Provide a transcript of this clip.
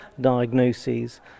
diagnoses